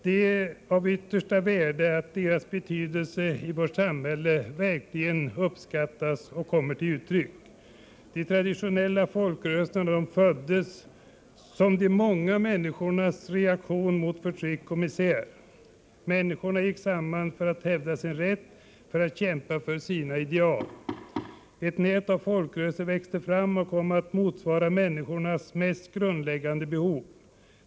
Det är av yttersta värde att folkrörelsernas betydelse i vårt samhälle verkligen uppskattas och kommer till uttryck. De traditionella folkrörelserna föddes som de många människornas reaktion mot förtryck och misär. Människorna gick samman för att hävda sin rätt och kämpa för sina ideal. Ett nät av folkrörelser växte fram och kom att motsvara människornas mest grundläggande behov.